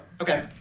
Okay